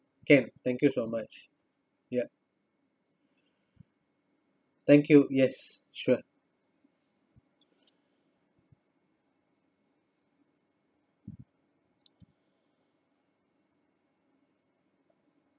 can thank you so much yup thank you yes sure